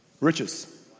Riches